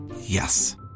Yes